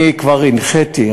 אני כבר הנחיתי,